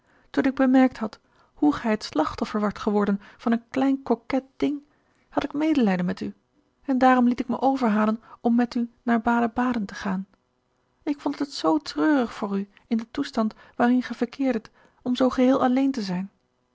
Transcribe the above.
toen ik bemerkt had hoe gij het slachtoffer waart geworden van een klein coquet ding had ik medelijden met u en daarom liet ik me overhalen om met u naar baden-baden te gaan ik vond het zoo treurig voor u in den toestand waarin ge verkeerdet om zoo geheel alleen te zijn